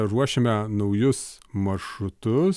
ruošiame naujus maršrutus